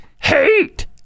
Hate